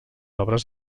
obres